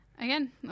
Again